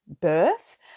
birth